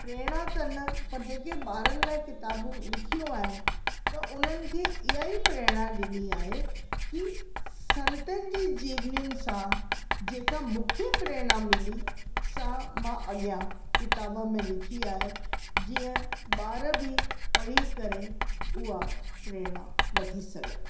प्रेरणा त न पर जेके ॿारनि लाइ किताबूं लिखियूं आहिनि त उननि खे इहा ई प्रेरणा ॾिनी आहे की संतनि जी जीवनी सां जेका मूंखे प्रेरणा मिली सा मां अॻिया किताब में लिखी आहे जीअं ॿार बि पढ़ी करे उहा प्रेरणा वठी सघनि